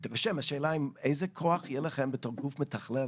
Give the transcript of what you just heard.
השאלה היא איזה כוח יהיה לכם בתור גוף מתכלל,